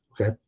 Okay